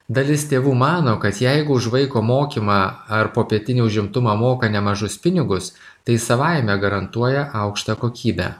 dalis tėvų mano kad jeigu už vaiko mokymą ar popietinį užimtumą moka nemažus pinigus tai savaime garantuoja aukštą kokybę